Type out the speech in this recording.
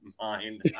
mind